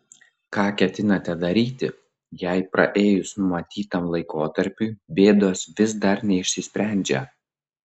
ką ketinate daryti jei praėjus numatytam laikotarpiui bėdos vis dar neišsisprendžia